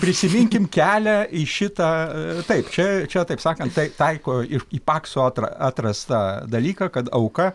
prisiminkim kelią į šitą taip čia čia taip sakant tai taiko iš į pakso at atrastą dalyką kad auka